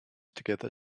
together